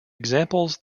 examples